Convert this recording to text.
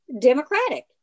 Democratic